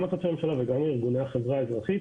גם משרדי הממשלה וגם ארגוני החברה האזרחית,